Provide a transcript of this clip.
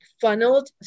funneled